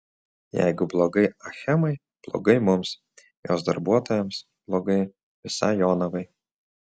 jeigu blogai achemai blogai mums jos darbuotojams blogai visai jonavai